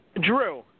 Drew